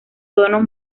tonos